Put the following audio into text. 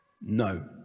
No